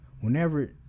Whenever –